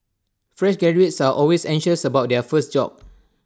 fresh graduates are always anxious about their first job